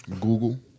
Google